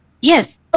Yes